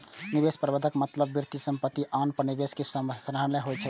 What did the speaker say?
निवेश प्रबंधनक मतलब वित्तीय परिसंपत्ति आ आन निवेश कें सम्हारनाय होइ छै